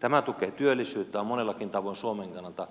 tämä tukee työllisyyttä ja on monellakin tavoin suomen kannalta